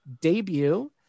debut